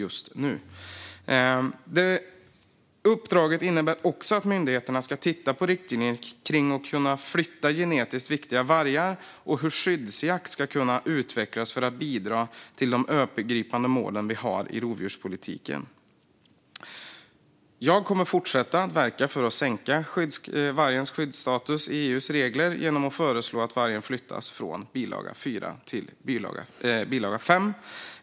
Uppdraget innebär också att myndigheterna ska titta på riktlinjer kring att kunna flytta genetiskt viktiga vargar och hur skyddsjakt ska kunna utvecklas för att bidra till de övergripande målen vi har i rovdjurspolitiken. Jag kommer att fortsätta att verka för att sänka vargens skyddsstatus i EU:s regler genom att föreslå att vargen flyttas från bilaga 4 till bilaga 5.